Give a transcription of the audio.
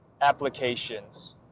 applications